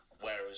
Whereas